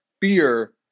fear